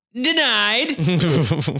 denied